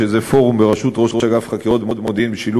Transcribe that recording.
שזה פורום בראשות ראש אגף חקירות ומודיעין,